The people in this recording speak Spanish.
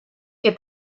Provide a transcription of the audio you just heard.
que